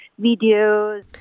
videos